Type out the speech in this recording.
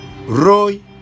Roy